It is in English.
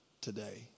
today